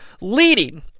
leading